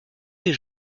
des